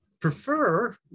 prefer